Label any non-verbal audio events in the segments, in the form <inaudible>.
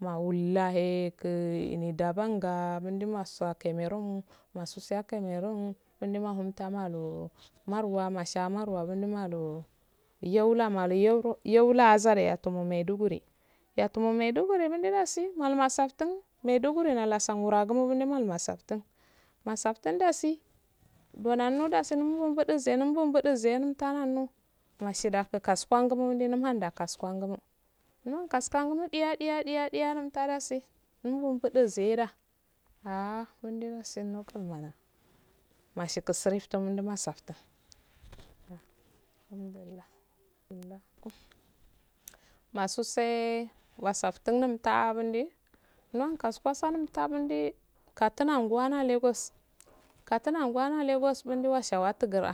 Numaullahhey gee un badanggah munda masuwa kamerron mosu suwayeh kameroon eh unlm tamalo marwa masha marwa umlu malu yola malu yola azare atomo maiduguri yetumo maiduguri mundu dasi mlu mofsafttun ghri nolasargumo nomu lu safttum mofsaftun dasi do nando dasi num bubu duzel numbubuduze umttah nalo washidanga kasuwangumo umdunun hundo kasuwangumo nuhun kasuwengumo ɗiya ɗiya ɗiya numta dasi umhun bubuḏu ziyada aha mundu dasi <unintelligible> mashingrufstu umdu mafstta <noise> masutse wassaftun lumtta mundi nohun kasusulumta lumtta mundi nohun kasusulumta lumudi katnanguwa nda lagos katnagua nla lagos mundi washi wash tugra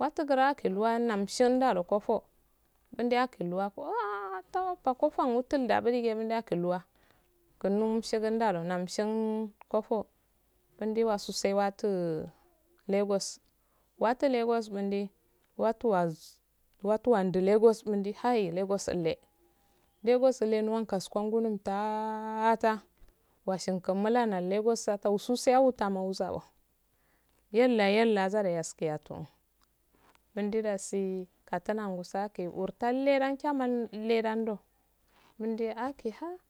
watugra kilawa namshel ndal kofo mundiya koluwa a ah offtata kofo multtandabu mildiya kiluwa gumunshi gu mdalu wa ndamshil kofo gundu wasusuwe wattu lagos wattu lagos mundi watu wondu lagos mundu hayi lagos illleh lagos illeh muhun kasuwengu lumttah tah woshinkku mula nol lagos sa taususuwa utamaza qo yahhah yallah azar yaske yato mundu dasi katnaguso ake urtalledau tiyama ille mananddo munde akeha